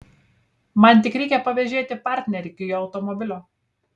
man tik reikia pavėžėti partnerį iki jo automobilio